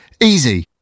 Easy